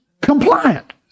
Compliant